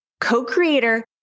co-creator